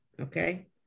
Okay